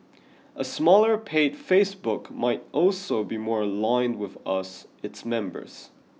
a smaller paid Facebook might also be more aligned with us its members